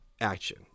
action